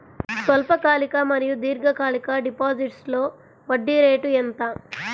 స్వల్పకాలిక మరియు దీర్ఘకాలిక డిపోజిట్స్లో వడ్డీ రేటు ఎంత?